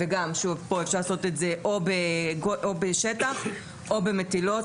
וגם כאן אפשר לעשות או בשטח או במטילות,